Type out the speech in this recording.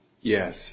Yes